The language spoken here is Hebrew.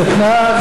כלום.